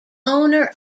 owner